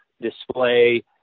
display